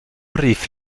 rief